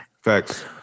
Facts